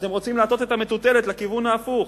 אתם רוצים להטות את המטוטלת לכיוון ההפוך.